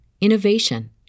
innovation